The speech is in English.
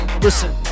listen